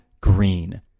Green